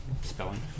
spelling